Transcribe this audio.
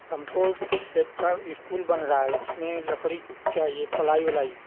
हमको एकता इस्कूल बन रहा है उसमें लकड़ी चाहिए प्लाई वलाई